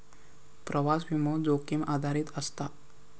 प्रवास विमो, जोखीम आधारित असता